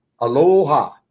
Aloha